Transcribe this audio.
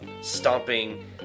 stomping